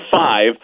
five